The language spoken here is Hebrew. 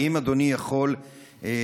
האם אדוני יכול להתחייב,